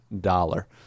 dollar